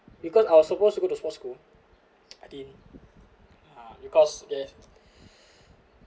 because I was supposed to go to sports school I didn't ah because there's